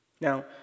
Now